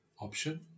option